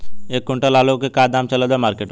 एक क्विंटल आलू के का दाम चलत बा मार्केट मे?